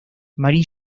mari